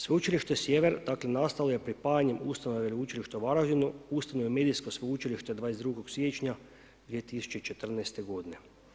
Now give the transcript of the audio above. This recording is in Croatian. Sveučilište Sjever, dakle nastalo je pripajanjem ustanove Veleučilišta Varaždinu, ustanove medijsko sveučilište 22. siječnja 2014. godine.